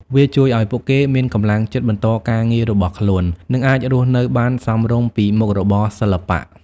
វាជួយឲ្យពួកគេមានកម្លាំងចិត្តបន្តការងាររបស់ខ្លួន និងអាចរស់នៅបានសមរម្យពីមុខរបរសិល្បៈ។